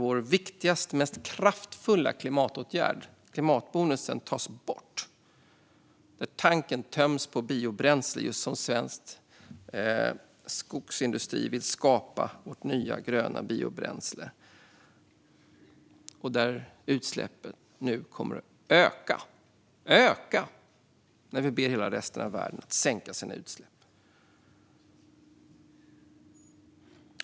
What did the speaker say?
Vår viktigaste och mest kraftfulla klimatåtgärd, klimatbonusen, tas bort. Tanken töms på biobränsle just när svensk skogsindustri vill börja skapa mer av vårt nya gröna biobränsle. Utsläppen kommer nu att öka. De kommer att öka, när vi ber resten av världen att sänka sina utsläpp.